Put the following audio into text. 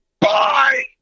Bye